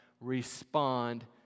respond